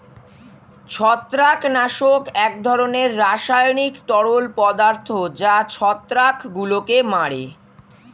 ছত্রাকনাশক এক ধরনের রাসায়নিক তরল পদার্থ যা ছত্রাকগুলোকে মারে